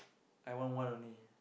I want one only